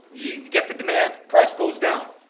you get the demand, price goes down,